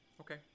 Okay